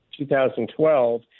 2012